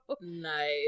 nice